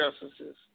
justices